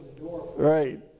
Right